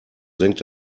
senkt